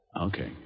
Okay